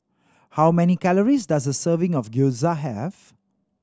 how many calories does a serving of Gyoza have